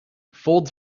folds